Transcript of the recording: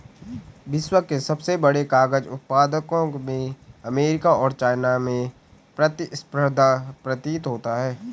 विश्व के सबसे बड़े कागज उत्पादकों में अमेरिका और चाइना में प्रतिस्पर्धा प्रतीत होता है